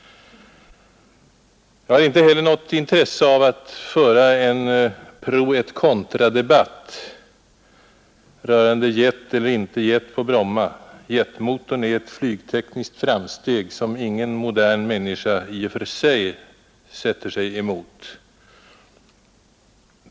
Jag har inte heller något intresse av att föra en pro et contra-debatt rörande jet eller inte-jet på Bromma. Jetmotorn är ett flygtekniskt framsteg som ingen modern människa i och för sig sätter sig emot.